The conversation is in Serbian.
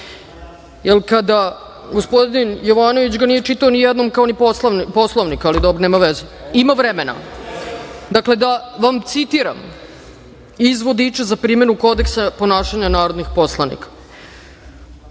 jer gospodin Jovanović ga nije čitao nijednom kao ni Poslovnik, ali dobro nema veze ima vremena. Dakle, da vam citiram iz vodiča za primenu kodeksa ponašanja narodnih poslanika